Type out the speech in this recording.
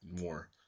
more